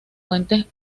fuentes